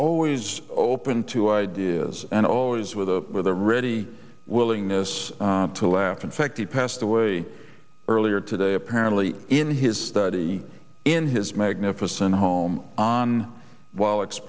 always open to ideas and always with a with a ready willingness to laugh in fact he passed away earlier today apparently in his study in his magnificent home on w